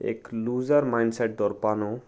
एक loser mindset दवरपा न्हू